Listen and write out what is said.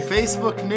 Facebook